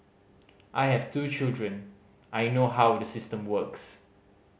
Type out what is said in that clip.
I have two children I know how the system works